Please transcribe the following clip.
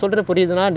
ah